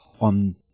on